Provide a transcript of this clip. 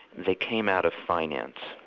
they came out of finance,